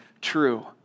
true